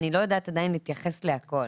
אני לא יודעת עדיין להתייחס להכל.